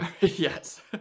Yes